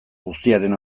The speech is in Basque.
guztiaren